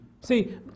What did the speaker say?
See